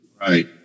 Right